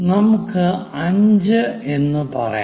നമുക്ക് 5 എന്ന് പറയാം